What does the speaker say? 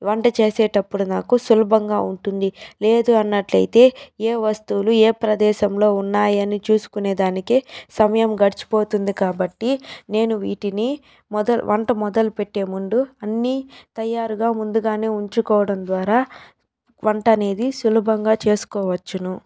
వంట చేసేటప్పుడు నాకు సులభంగా ఉంటుంది లేదు అన్నట్లయితే ఏ వస్తువులు ఏ ప్రదేశంలో ఉన్నాయని చూసుకునే దానికే సమయం గడిచిపోతుంది కాబట్టి నేను వీటిని మొదలు వంట మొదలు పెట్టేముందు అన్నీ తయారుగా ముందుగానే ఉంచుకోవడం ద్వారా వంట అనేది సులభంగా చేసుకోవచ్చును